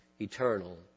eternal